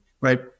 right